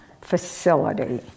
facility